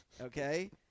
Okay